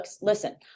listen